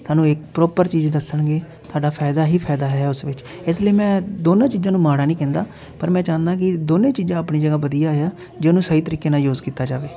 ਤੁਹਾਨੂੰ ਇੱਕ ਪ੍ਰੋਪਰ ਚੀਜ਼ ਦੱਸਣਗੇ ਤੁਹਾਡਾ ਫ਼ਾਇਦਾ ਹੀ ਫ਼ਾਇਦਾ ਹੈ ਉਸ ਵਿੱਚ ਇਸ ਲਈ ਮੈਂ ਦੋਨਾਂ ਚੀਜ਼ਾਂ ਨੂੰ ਮਾੜਾ ਨਹੀਂ ਕਹਿੰਦਾ ਪਰ ਮੈਂ ਚਾਹੁੰਦਾ ਕਿ ਦੋਨੇ ਚੀਜ਼ਾਂ ਆਪਣੀ ਜਗ੍ਹਾ ਵਧੀਆ ਆ ਜੇ ਉਹਨੂੰ ਸਹੀ ਤਰੀਕੇ ਨਾਲ ਯੂਜ ਕੀਤਾ ਜਾਵੇ